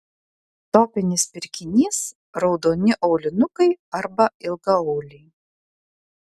topinis pirkinys raudoni aulinukai arba ilgaauliai